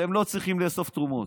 אתם לא צריכים לאסוף תרומות.